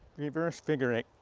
reverse figure eight.